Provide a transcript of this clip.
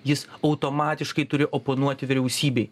jis automatiškai turi oponuoti vyriausybei